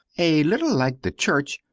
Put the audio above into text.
a little like the church,